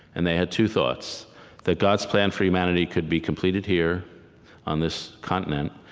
and they had two thoughts that god's plan for humanity could be completed here on this continent,